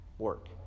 work